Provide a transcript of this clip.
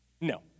No